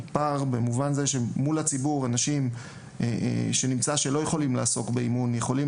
במובן זה שאנשים שנמצא כי הם לא יכולים לעסוק באימון יכולים